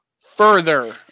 further